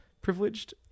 privileged